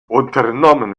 unternommen